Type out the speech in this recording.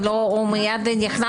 הוא מיד נכנס?